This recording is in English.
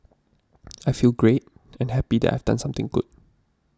I feel great and happy that I've done something good